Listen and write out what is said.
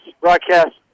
broadcast